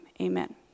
amen